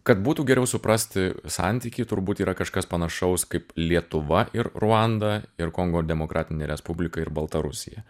kad būtų geriau suprasti santykį turbūt yra kažkas panašaus kaip lietuva ir ruanda ir kongo demokratinė respublika ir baltarusija